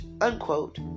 unquote